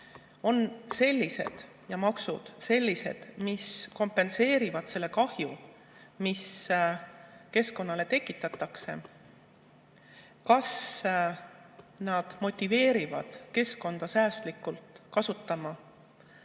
tasud ja maksud on sellised, mis kompenseerivad selle kahju, mis keskkonnale tekitatakse? Kas need motiveerivad keskkonda säästlikult kasutama?